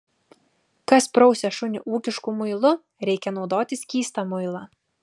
kas prausia šunį ūkišku muilu reikia naudoti skystą muilą